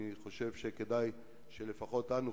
אני חושב שכדאי שלפחות אנו,